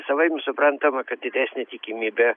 savaime suprantama kad didesnė tikimybė